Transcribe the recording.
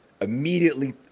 immediately